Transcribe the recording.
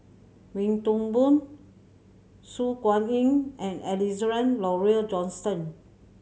Wee Toon Boon Su Guaning and Alexander Laurie Johnston